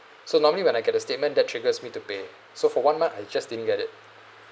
so normally when I get the statement that triggers me to pay so for one month I just didn't get it